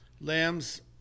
Lambs